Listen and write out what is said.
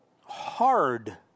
hard